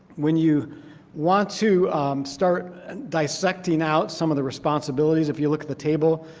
when you want to start and dissecting out some of the responsibilities if you look at the table,